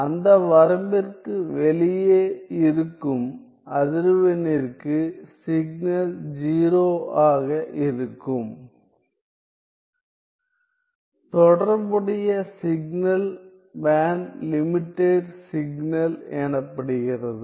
அந்த வரம்பிற்கு வெளியே இருக்கும் அதிர்வெண்ணிற்கு சிக்னல் 0 ஆகஇருக்கும் தொடர்புடைய சிக்னல் பேண்ட் லிமிடெட் சிக்னல் எனப்படுகிறது